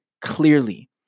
clearly